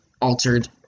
altered